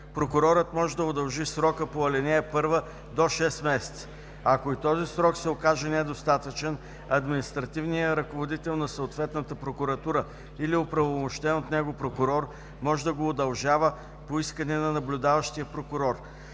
прокурорът може да удължи срока по ал. 1 до 6 месеца. Ако и този срок се окаже недостатъчен, административният ръководител на съответната прокуратура или оправомощен от него прокурор може да го удължава по искане на наблюдаващия прокурор.